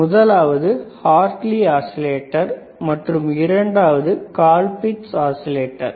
முதலாவது Hartley oscillator மற்றும் இரண்டாவதாக கால்பிட்ஸ் ஆஸிலேட்டர்